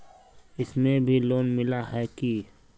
इसमें भी लोन मिला है की